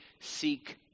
seek